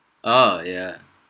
oh yeah